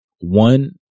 one